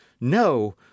No